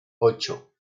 ocho